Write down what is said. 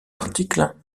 article